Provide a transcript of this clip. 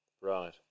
right